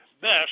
best